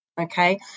Okay